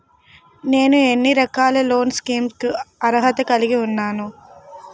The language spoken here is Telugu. నేను ఎన్ని రకాల లోన్ స్కీమ్స్ కి అర్హత కలిగి ఉన్నాను?